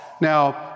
Now